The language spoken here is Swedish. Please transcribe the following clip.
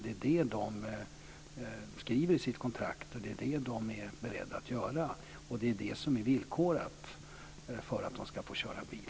Det är det som de skriver i sitt kontrakt och som de är beredda att göra. Det är villkoret för att de ska få köra bil.